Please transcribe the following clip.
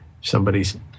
somebody's